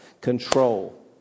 control